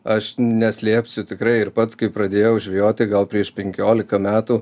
aš neslėpsiu tikrai ir pats kai pradėjau žvejoti gal prieš penkiolika metų